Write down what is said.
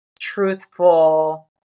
truthful